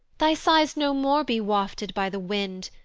thy sighs no more be wafted by the wind,